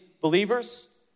believers